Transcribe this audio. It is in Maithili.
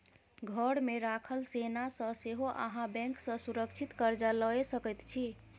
घरमे राखल सोनासँ सेहो अहाँ बैंक सँ सुरक्षित कर्जा लए सकैत छी